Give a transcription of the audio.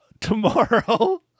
Tomorrow